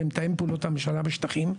ועם מתאם פעולות הממשלה בשטחים,